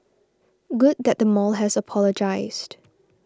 good that the mall has apologised